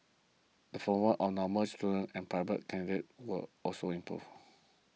the formal of Normal students and private candidates also improved